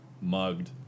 mugged